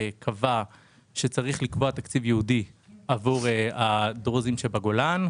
שקבע שצריך לקבוע תקציב ייעודי עבור הדרוזים שבגולן,